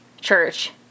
church